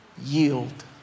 Yield